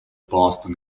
boston